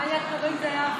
מה היה קורה אם זה היה הפוך?